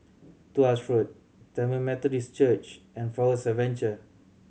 Tuas Road Tamil Methodist Church and Forest Adventure